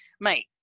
Mate